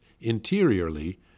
interiorly